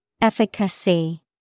Efficacy